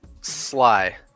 sly